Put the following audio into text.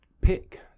pick